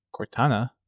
Cortana